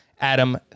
Adam